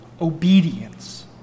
obedience